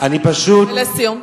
ולסיום.